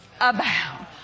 abound